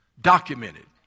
Documented